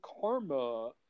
karma